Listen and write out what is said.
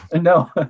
no